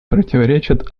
противоречат